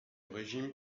régime